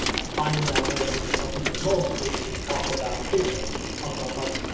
i find that one of the things that helps people the most is when we talk about paychecks, talk about money.